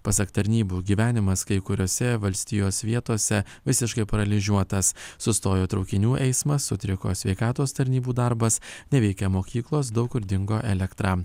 pasak tarnybų gyvenimas kai kuriose valstijos vietose visiškai paralyžiuotas sustojo traukinių eismas sutriko sveikatos tarnybų darbas neveikia mokyklos daug kur dingo elektra